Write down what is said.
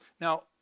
Now